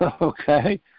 okay